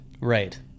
Right